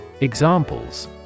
Examples